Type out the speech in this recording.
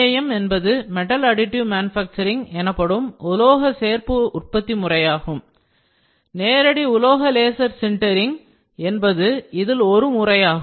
MAM என்பது Metal Additive Manufacturing எனப்படும் உலோக சேர்ப்பு உற்பத்தி முறையாகும் நேரடி உலோக laser sintering direct metal laser sintering என்பது இதில் ஒரு முறையாகும்